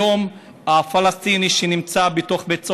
היום הפלסטיני שנמצא בתוך בית סוהר,